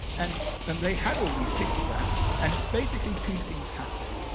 and and they had all these pictographs. and basically, two things happened.